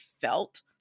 felt